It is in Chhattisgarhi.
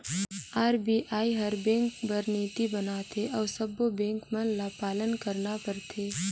आर.बी.आई हर बेंक बर नीति बनाथे अउ सब्बों बेंक मन ल पालन करना परथे